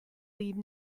leave